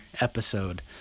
episode